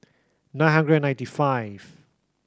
nine hundred and ninety five